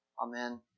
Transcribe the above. Amen